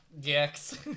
Gex